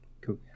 Cool